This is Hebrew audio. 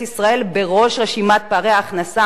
ישראל בראש רשימת המדינות עם פערי ההכנסה,